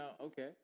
Okay